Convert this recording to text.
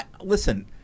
Listen